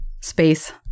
space